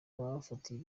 bafatiye